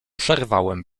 przerwałem